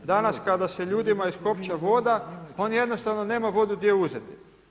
Danas kada se ljudima iskopča voda on jednostavno nema vodu gdje uzeti.